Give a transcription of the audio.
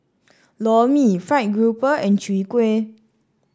Lor Mee fried grouper and Chwee Kueh